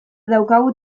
daukagu